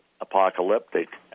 apocalyptic